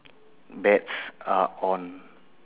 bets are on